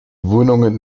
wohnungen